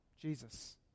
Jesus